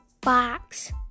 box